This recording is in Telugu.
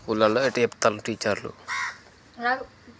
స్కూళ్ళలో ఎట్టా చెప్తుండ్రు టీచర్లు